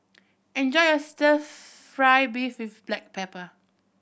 enjoy your Stir Fry beef with black pepper